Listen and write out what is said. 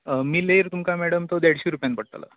मिलेर मॅडम तुमकां तो देडशी रूपयांक पडटलो